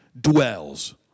dwells